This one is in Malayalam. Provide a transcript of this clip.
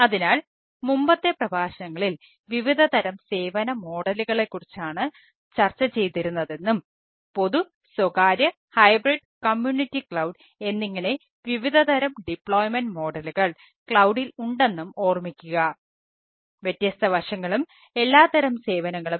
അതിനാൽ മുമ്പത്തെ പ്രഭാഷണങ്ങളിൽ വിവിധ തരം സേവന മോഡലുകളെക്കുറിച്ചാണ് ചെയ്യാനാകും